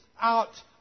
out